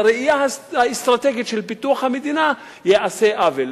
לראייה האסטרטגית של פיתוח המדינה ייעשה עוול.